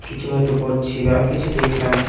কিছু হয়তো করছি বা কিছু দেখলাম